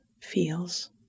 feels